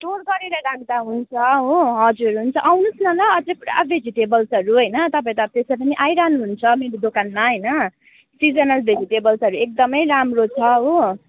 store गरेर राख्दा हुन्छ हो हजुर हुन्छ आउनुहोस् न ल अझै पुरा भजिटेबल्सहरू होइन तपाईँ त जसरी नै आइरहनु हुन्छ मेरो दोकानमा होइन सिजनल भेजिटेबल्सहरू एकदमै राम्रो छ हो